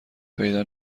پیدا